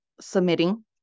submitting